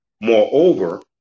Moreover